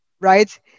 right